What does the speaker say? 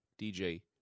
DJ